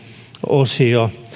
osio